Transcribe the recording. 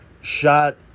shot